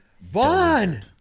Vaughn